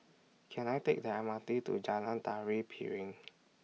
Can I Take The M R T to Jalan Tari Piring